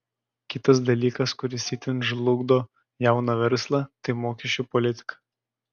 kitas dalykas kuris itin žlugdo jauną verslą tai mokesčių politika